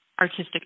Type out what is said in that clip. artistic